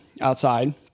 outside